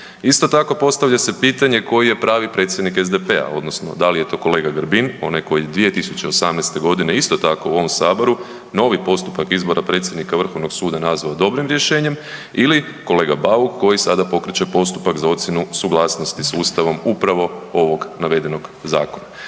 Isto tako postavlja se pitanje koji je pravi predsjednik SDP-a odnosno da li je to kolega Grbin, onaj koji je 2018.g. isto tako u ovom saboru novi postupak izbora predsjednika vrhovnog suda nazvao dobrim rješenjem ili kolega Bauk koji sada pokreće postupak za ocjenu suglasnosti s ustavom upravo ovog navedenog zakona?